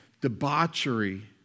debauchery